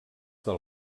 del